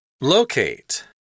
Locate